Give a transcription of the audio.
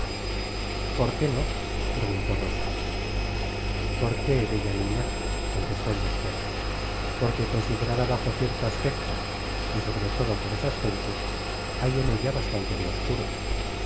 profesion porqué no preguntó rosa por qué bella niña contestó el doctor porque considerada bajo cierto aspecto y sobre todo por esas gentes hay en ella bastante de obscuro